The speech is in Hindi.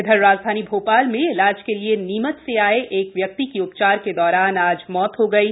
इधर राजधानी भोपाल में इलाज के लिए नीमच से आए एक व्यक्ति की उपचार के दौरान आज मौत हो गयी